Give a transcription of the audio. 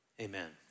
amen